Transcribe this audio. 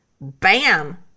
Bam